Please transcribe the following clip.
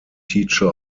teacher